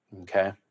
Okay